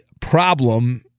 problem